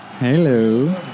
Hello